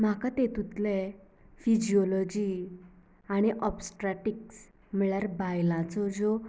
म्हाका तेंतुतले फिजिओलॉजी आनी ऑबस्ट्रॅक्टिक्स म्हणल्यार बायलांचो ज्यो